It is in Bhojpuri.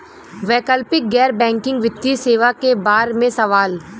वैकल्पिक गैर बैकिंग वित्तीय सेवा के बार में सवाल?